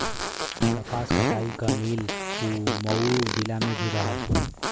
कपास कटाई क मिल मऊ जिला में भी रहल